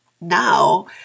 now